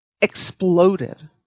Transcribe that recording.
exploded